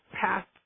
past